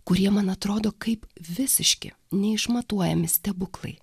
kurie man atrodo kaip visiški neišmatuojami stebuklai